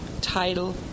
title